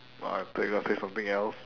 !wah! I thought you want to say something else